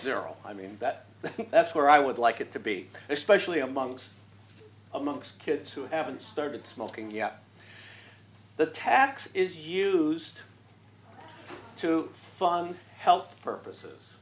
zero i mean that that's where i would like it to be especially among among kids who haven't started smoking yet the tax is used to fund health purposes